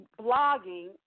blogging